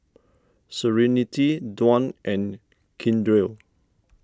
Serenity Dwan and Keandre